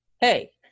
hey